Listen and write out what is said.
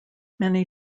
many